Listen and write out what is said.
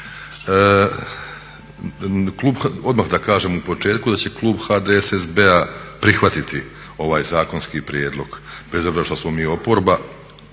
Odmah da kažem u početku da će klub HDSSB-a prihvatiti ovaj zakonski prijedlog bez obzira što smo mi oporba.